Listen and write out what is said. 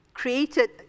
Created